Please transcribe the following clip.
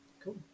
Cool